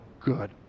good